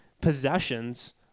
possessions